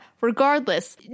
regardless